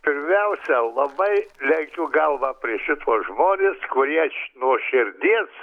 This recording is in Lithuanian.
pirmiausia labai lenkiu galvą prieš šituos žmones kurie nuo širdies